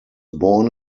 born